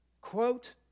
Quote